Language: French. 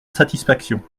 satisfaction